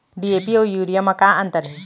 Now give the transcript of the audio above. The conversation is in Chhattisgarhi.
डी.ए.पी अऊ यूरिया म का अंतर हे?